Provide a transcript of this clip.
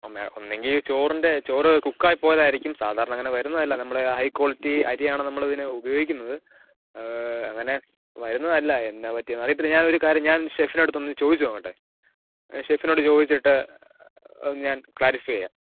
ഒന്നേ ഒന്നെങ്കിൽ ചോറിൻ്റെ ചോറ് കുക്കായി പോയതായിരിക്കും സാധാരണ അങ്ങനെ വരുന്നതല്ല നമ്മൾ ഹൈ ക്കോൾറ്റി അരിയാണ് നമ്മളിതിന് ഉപയോഗിക്കുന്നത് അങ്ങനെ വരുന്നതല്ല എന്ന പറ്റിയെന്ന് അറിയത്തില്ല ഞാനൊരു കാര്യം ചെയ്യാം ഞാൻ ഷെഫിനടുത്ത് ഒന്ന് ചോദിച്ച് നോക്കട്ടെ ഷെഫിനോട് ചോദിച്ചിട്ട് ഞാൻ ക്ലാരിഫൈ ചെയ്യാം